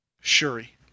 shuri